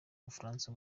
bufaransa